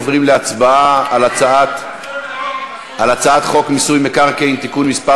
אנחנו עוברים להצבעה על הצעת חוק מיסוי מקרקעין (תיקון מס'